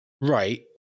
right